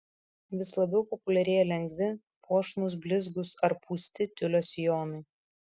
vis labiau populiarėja lengvi puošnūs blizgūs ar pūsti tiulio sijonai